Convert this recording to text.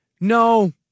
no